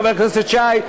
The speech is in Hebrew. חבר הכנסת שי,